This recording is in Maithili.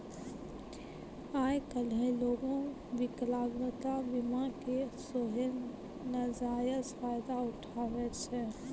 आइ काल्हि लोगें विकलांगता बीमा के सेहो नजायज फायदा उठाबै छै